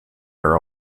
are